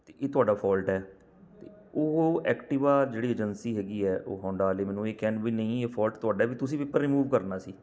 ਤਾਂ ਇਹ ਤੁਹਾਡਾ ਫੋਲਟ ਹੈ ਤਾਂ ਉਹ ਐਕਟੀਵਾ ਜਿਹੜੀ ਏਜੰਸੀ ਹੈਗੀ ਹੈ ਉਹ ਹੋਂਡਾ ਵਾਲੇ ਮੈਨੂੰ ਇਹ ਕਹਿਣ ਵੀ ਨਹੀਂ ਇਹ ਫੋਲਟ ਤੁਹਾਡਾ ਵੀ ਤੁਸੀਂ ਪੇਪਰ ਰਿਮੂਵ ਕਰਨਾ ਸੀ